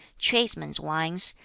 tradesmen's wines,